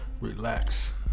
relax